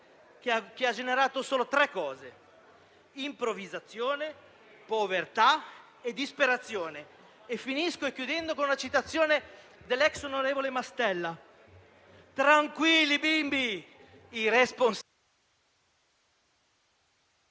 che ha generato solo tre cose: improvvisazione, povertà e disperazione. Concludo con una citazione dell'ex onorevole Mastella: tranquilli, bimbi, i responsabili...